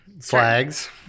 Flags